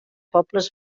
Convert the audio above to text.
pobles